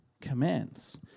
Commands